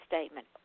statement